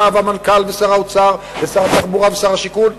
והמנכ"ל ושר האוצר ושר התחבורה ושר השיכון.